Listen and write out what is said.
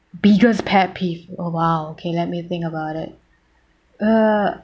biggest pet peeve oh !wow! okay let me think about it uh